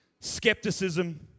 skepticism